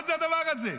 מה זה הדבר הזה?